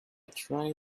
try